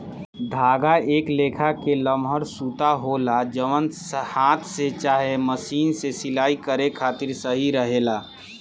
धागा एक लेखा के लमहर सूता होला जवन हाथ से चाहे मशीन से सिलाई करे खातिर सही रहेला